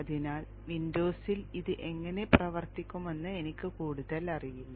അതിനാൽ വിൻഡോസിൽ ഇത് എങ്ങനെ പ്രവർത്തിക്കുമെന്ന് എനിക്ക് കൂടുതൽ അറിയില്ല